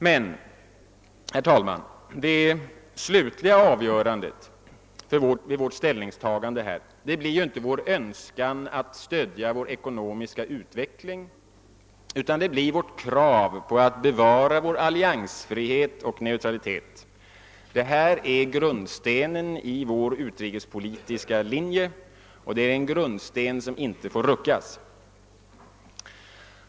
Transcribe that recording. Men, herr talman, det slutliga avgörandet vid vårt ställningstagande kommer att gälla inte vår önskan att stödja vår ekonomiska utveckling utan vårt krav att bevara vår alliansfrihet och neutralitet. Detta är grundstenen i vår utrikespolitik och det är en grundsten som inte får rubbas.